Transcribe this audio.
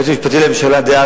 היועץ המשפטי לממשלה דאז,